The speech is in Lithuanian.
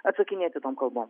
atsakinėti tom kalbom